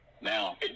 Now